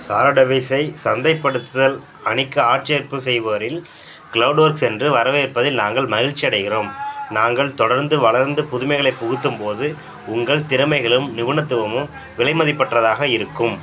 சாரா டேவிஸை சந்தைப்படுத்துதல் அணிக்கு ஆட்சேர்ப்பு செய்பவரில் க்ளௌட் ஒர்க்ஸ் என்று வரவேற்பதில் நாங்கள் மகிழ்ச்சி அடைகிறோம் நாங்கள் தொடர்ந்து வளர்ந்து புதுமைகளைப் புகுத்தும் போது உங்கள் திறமைகளும் நிபுணத்துவமும் விலைமதிப்பற்றதாக இருக்கும்